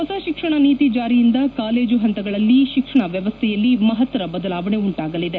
ಹೊಸ ಶಿಕ್ಷಣ ನೀತಿ ಜಾರಿಯಿಂದ ಕಾಲೇಜು ಹಂತಗಳಲ್ಲಿನ ಶಿಕ್ಷಣ ವ್ಯವಸ್ಥೆಯಲ್ಲಿ ಮಹತ್ತರ ಬದಲಾವಣೆ ಉಂಟಾಗಲಿದೆ